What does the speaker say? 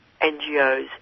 NGOs